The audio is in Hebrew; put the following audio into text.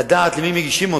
לדעת למי מגישים אותה.